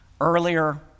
earlier